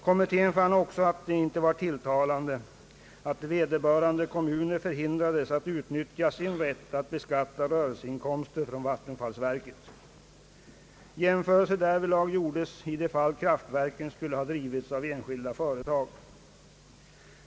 Kommittén fann också att det inte var tilltalande att vederbörande kommuner förhindrades att utnyttja sin rätt att beskatta rörelseinkomster från vattenfallsverket. Jämförelse därvidlag gjordes med sådana fall där kraftverken drevs av enskilda företag.